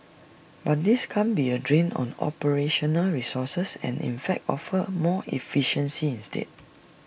but this can't be A drain on operational resources and in fact offer more efficiency instead